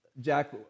Jack